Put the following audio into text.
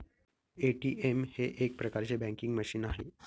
ATM हे एक प्रकारचे बँकिंग मशीन आहे